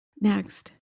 next